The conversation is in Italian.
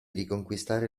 riconquistare